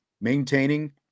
maintaining